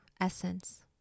Essence